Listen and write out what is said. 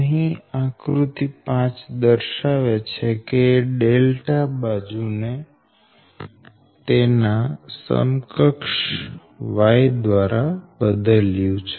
અહી આકૃતિ 5 દર્શાવે છે કે ∆ બાજુ ને તેના સમકક્ષ Y દ્વારા બદલ્યું છે